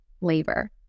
labor